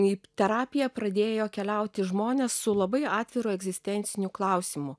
į terapiją pradėjo keliauti žmonės su labai atviru egzistenciniu klausimu